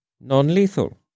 non-lethal